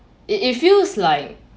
it it feels like